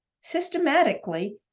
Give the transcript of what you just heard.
systematically